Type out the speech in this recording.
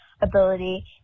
ability